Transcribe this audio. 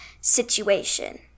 situation